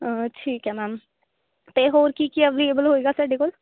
ਠੀਕ ਹੈ ਮੈਮ ਅਤੇ ਹੌਰ ਕੀ ਕੀ ਅਵੇਲੇਵਲ ਹੋਵੇਗਾ ਤੁਹਾਡੇ ਕੋਲ਼